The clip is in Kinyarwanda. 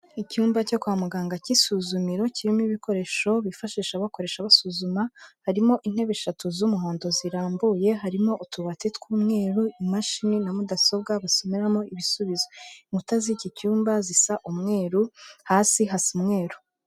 Icyumba cyo kwa muganga cy'isuzumiro kirimo ibikoresho bifashisha bakoresha basuzuma, harimo intebe eshatu z'umuhondo zirambuye, harimo utubati tw'umweru, imashini na mudasobwa basomeramo ibisubizo. Inkuta z'iki cyumba zisa n'umweru hasi hasa umweru.